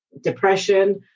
depression